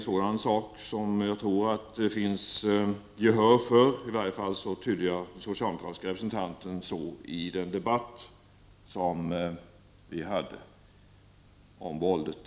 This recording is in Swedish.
Jag tror att det finns gehör för en sådan åtgärd, i varje fall tydde jag den socialdemokratiska representanten så i den debatt som vi hade om våldet.